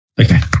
okay